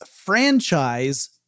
franchise